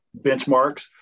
benchmarks